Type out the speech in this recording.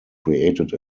created